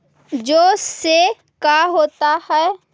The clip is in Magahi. जौ से का होता है?